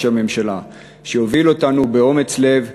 ראש הממשלה,